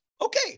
Okay